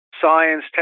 science